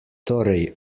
torej